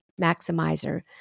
maximizer